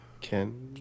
Ken